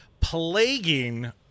plaguing